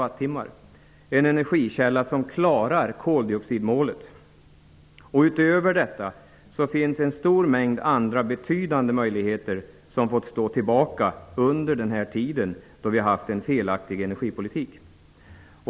Det är en energikälla som klarar koldioxidmålet. Utöver detta finns en stor mängd andra betydande möjligheter, som har fått stå tillbaka under den här tiden då det har förts en felaktig energipolitik.